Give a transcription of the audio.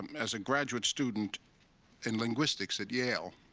as a graduate student in linguistics at yale,